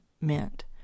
meant